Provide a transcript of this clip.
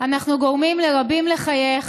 אנחנו גורמים לרבים לחייך,